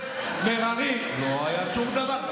בן ארי: לא היה שום דבר.